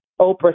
Oprah